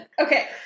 okay